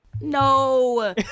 No